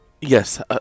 yes